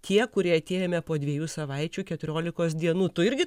tie kurie atėjome po dviejų savaičių keturiolikos dienų tu irgi